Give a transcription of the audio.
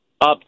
up